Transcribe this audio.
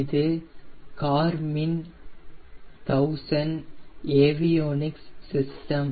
இது Garmin 1000 avionics system